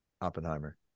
Oppenheimer